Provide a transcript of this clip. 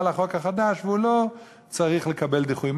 החוק החדש והוא לא צריך לקבל דיחוי?